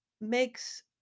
makes